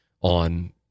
on